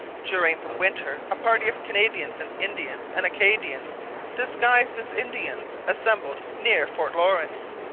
during the winter a party of canadians and indians and acadians disguised as indians assembled near fort lawrence.